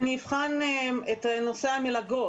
אני אבחן את נושא המלגות.